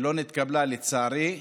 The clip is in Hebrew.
שלא התקבלה לצערי,